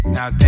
Now